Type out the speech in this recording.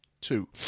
two